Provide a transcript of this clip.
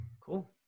Cool